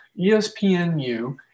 ESPNU